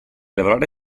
lavorare